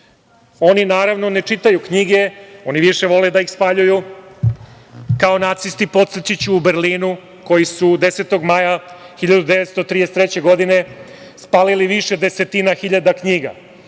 naravno, ne čitaju knjige, oni više vole da ih spaljuju kao nacisti. Podsetiću u Berlinu, koji su 10. maja 1933. godine spalili više desetina hiljada knjiga.